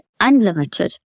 unlimited